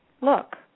Look